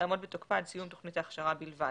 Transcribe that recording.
תעמוד בתוקפה עד סיום תוכנית ההכשרה בלבד."